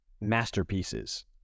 masterpieces